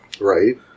Right